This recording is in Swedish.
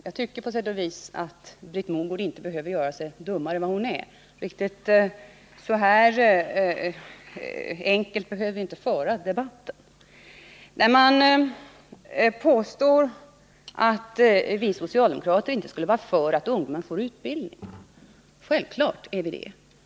Herr talman! Jag tycker att Britt Mogård inte behöver göra sig dummare än hon är. Man får inte, som Britt Mogård, föra debatten så enkelt som att påstå att vi socialdemokrater inte skulle vara för att ungdomen får bättre utbildning. Självfallet är vi för det.